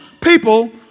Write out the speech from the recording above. people